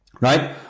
Right